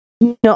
no